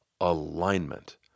alignment